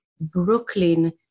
Brooklyn